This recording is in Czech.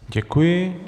Děkuji.